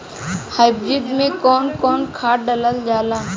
Hybrid में कउन कउन खाद डालल जाला?